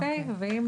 ושוב: